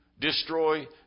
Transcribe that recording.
destroy